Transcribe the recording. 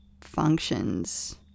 functions